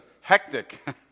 hectic